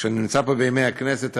כשאני נמצא פה בימי הכנסת,